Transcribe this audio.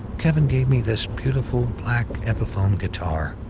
kevin gave me this beautiful black epiphone guitar.